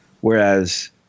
whereas